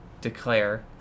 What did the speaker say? declare